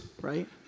right